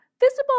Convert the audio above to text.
visible